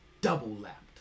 double-lapped